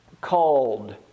called